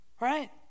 right